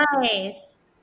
nice